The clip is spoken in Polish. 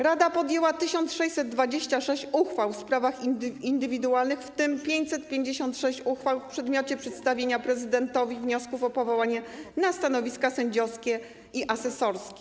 Rada podjęła 1626 uchwał w sprawach indywidualnych, w tym 556 uchwał w przedmiocie przedstawienia prezydentowi wniosków o powołania na stanowiska sędziowskie i asesorskie.